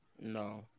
No